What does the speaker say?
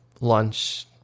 lunch